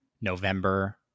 November